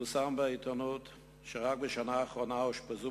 פורסם בעיתונות שרק בשנה האחרונה אושפזו